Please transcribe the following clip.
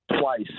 twice